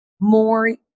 more